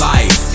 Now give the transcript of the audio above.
Life